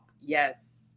yes